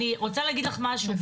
אני רוצה להגיד לך משהו,